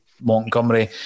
Montgomery